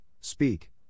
Speak